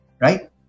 right